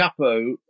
Chapo